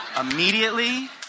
immediately